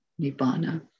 Nibbana